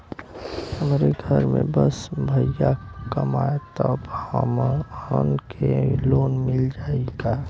हमरे घर में बस भईया कमान तब हमहन के लोन मिल जाई का?